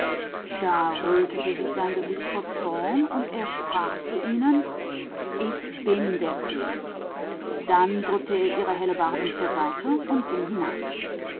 und sein gesicht rötete sich vor zorn und er sprach zu ihnen ich bin der könig und er stieß ihre hellebarden beiseite und ging hinein